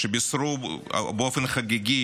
שבישרו באופן חגיגי